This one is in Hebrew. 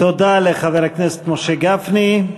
תודה לחבר הכנסת משה גפני.